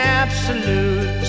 absolute